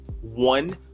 one